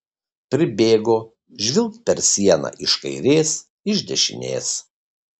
pribėgo žvilgt per sieną iš kairės iš dešinės